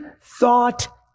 thought